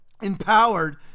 Empowered